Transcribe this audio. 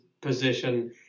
position